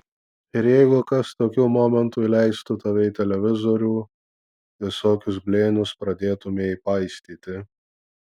ir jeigu kas tokiu momentu įleistų tave į televizorių visokius blėnius pradėtumei paistyti